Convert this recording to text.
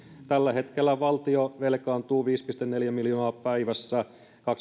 tällä hetkellä valtio velkaantuu viisi pilkku neljä miljoonaa päivässä